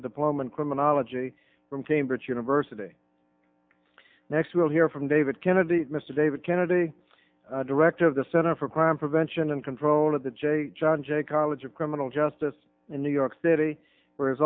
a diploma in criminology from cambridge university next we'll hear from david kennedy mr david kennedy director of the center for crime prevention and control of the john jay college of criminal justice in new york city where he